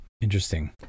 Interesting